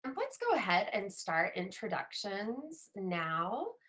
but let's go ahead and start introductions now.